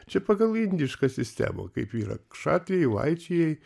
čia pagal indišką sistemą kaip yra šatriai vaičiai